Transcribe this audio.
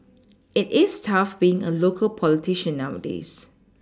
it is tough being a local politician nowadays